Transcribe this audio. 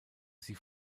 sie